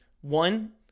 One